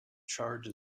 charge